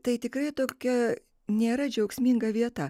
tai tikrai tokia nėra džiaugsminga vieta